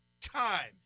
Time